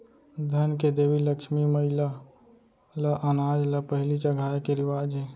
धन के देवी लक्छमी मईला ल अनाज ल पहिली चघाए के रिवाज हे